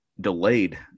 delayed